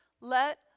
let